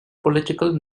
political